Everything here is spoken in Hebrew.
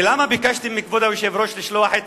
ולמה ביקשתי מכבוד היושב-ראש לשלוח את